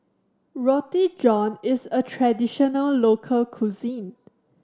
Roti John is a traditional local cuisine